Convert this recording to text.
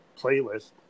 playlist